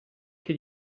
che